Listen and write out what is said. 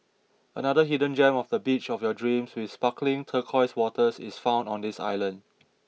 another hidden gem of a beach of your dreams with sparkling turquoise waters is found on this island